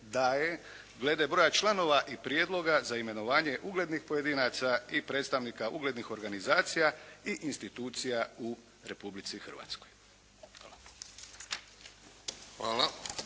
daje glede broja članova i prijedloga za imenovanje uglednih pojedinaca i predstavnika uglednih organizacija i institucija u Republici Hrvatskoj. Hvala.